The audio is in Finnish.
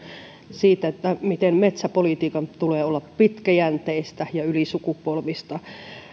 siitä miten metsäpolitiikan tulee olla pitkäjänteistä ja ylisukupolvista